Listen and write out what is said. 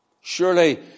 Surely